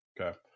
Okay